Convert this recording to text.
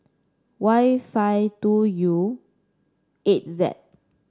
Y five two U eight Z